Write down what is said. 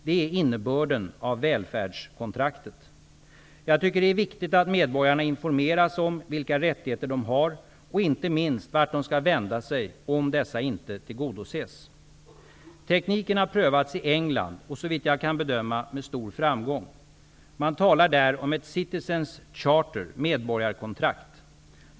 Det är innebörden av ''välfärdskontraktet''. Jag tycker att det är viktigt att medborgarna informeras om vilka rättigheter de har och inte minst vart de skall vända sig om dessa inte tillgodoses. Tekniken har prövats i England och såvitt jag kan bedöma med stor framgång. Man talar där om ett ''Citizens Charter'' -- medborgarkontrakt.